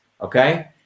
Okay